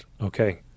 Okay